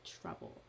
trouble